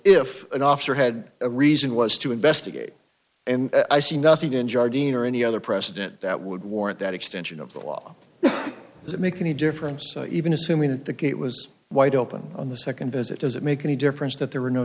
if an officer had a reason was to investigate and i see nothing in jordan or any other president that would warrant that extension of the law does it make any difference even assuming that the gate was wide open on the second visit does it make any difference that there were no